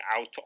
out